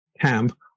camp